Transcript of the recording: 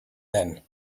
then